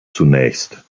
zunächst